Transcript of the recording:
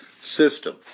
system